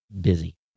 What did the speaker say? busy